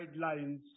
guidelines